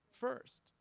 first